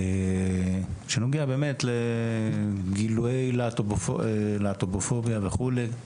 שנוגע לגילויי להט"בופוביה וכולי.